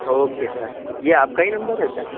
okay sir یہ آپ کا ہی نمبر ہے سر